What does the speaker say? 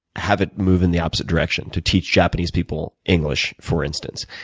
have it move in the opposite direction to teach japanese people english for instance?